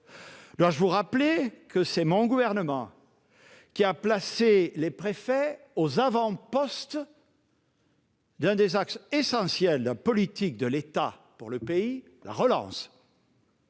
? Dois-je vous rappeler que mon Gouvernement a placé les préfets aux avant-postes d'un des axes essentiels de la politique de l'État pour le pays, à savoir